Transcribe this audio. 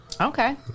Okay